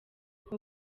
bwo